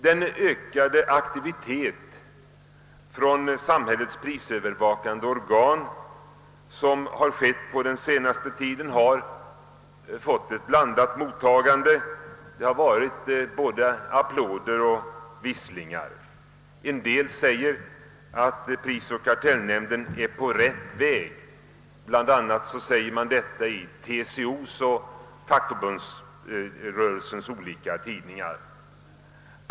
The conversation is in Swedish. Den ökade aktivitet från samhällets prisövervakande organ som kommit till stånd på den senaste tiden har fått ett blandat mottagande; det har varit både applåder och visslingar. En del — exempelvis TCO:s och den övriga fackföreningsrörelsens olika tidningar — menar att prisoch kartellnämnden är på rätt väg.